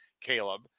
Caleb